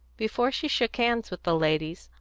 before she shook hands with the ladies,